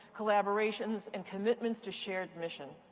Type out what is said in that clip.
collaborations, and commitments to shared mission.